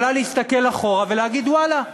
יכולה להסתכל אחורה ולהגיד: ואללה,